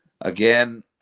again